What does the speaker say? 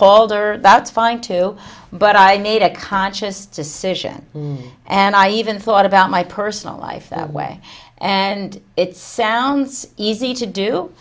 her that's fine too but i made a conscious decision and i even thought about my personal life that way and it sounds easy to do